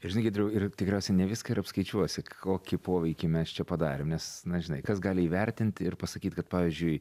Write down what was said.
ir žinai giedriau ir tikriausiai ne viską ir apskaičiuosi kokį poveikį mes čia padarėm nes na žinai kas gali įvertint ir pasakyt kad pavyzdžiui